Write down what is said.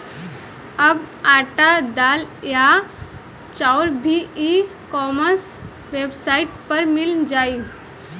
अब आटा, दाल या चाउर भी ई कॉमर्स वेबसाइट पर मिल जाइ